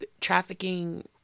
Trafficking